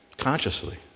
consciously